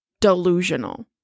delusional